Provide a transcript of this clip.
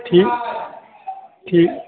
ঠিক ঠিক